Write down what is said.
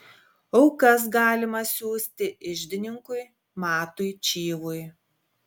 aukas galima siųsti iždininkui matui čyvui